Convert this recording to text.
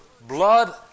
blood